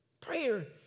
Prayer